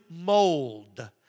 mold